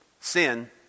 sin